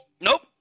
Nope